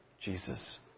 Jesus